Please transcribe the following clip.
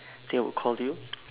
actually I would call you